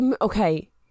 Okay